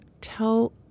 tell